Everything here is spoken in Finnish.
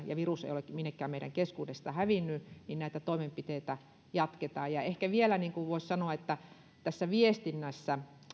ja virus ei ole minnekään meidän keskuudestamme hävinnyt näitä toimenpiteitä jatketaan ehkä vielä voisi sanoa että tässä viestinnässä